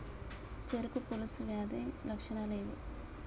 చెరుకు పొలుసు వ్యాధి లక్షణాలు ఏవి?